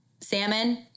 salmon